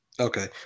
Okay